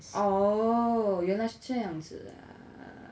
oh 原来是这样子 ah